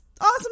awesome